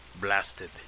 blasted